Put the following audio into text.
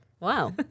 Wow